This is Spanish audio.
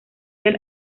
del